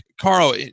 Carl